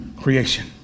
creation